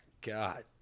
God